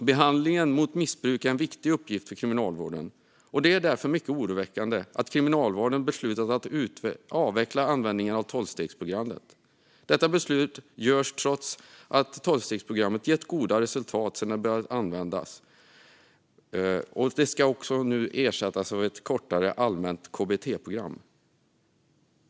Behandlingen mot missbruk är en viktig uppgift för Kriminalvården, och det är därför mycket oroväckande att Kriminalvården beslutat att avveckla användningen av tolvstegsprogrammet. Detta beslut tas trots att tolvstegsprogrammet gett goda resultat sedan det började användas. Det ska nu ersättas av ett kortare, allmänt KBT-program.